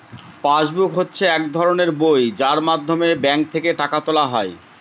pass book হচ্ছে এক ধরনের বই যার মাধ্যমে ব্যাঙ্ক থেকে টাকা তোলা হয়